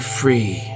free